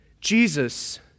Jesus